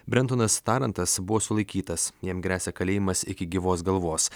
brentonas tarantas buvo sulaikytas jam gresia kalėjimas iki gyvos galvos